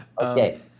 Okay